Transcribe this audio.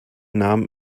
nahm